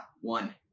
One